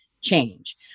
change